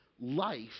life